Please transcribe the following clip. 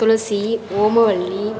துளசி ஓமவல்லி